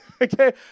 Okay